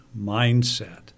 mindset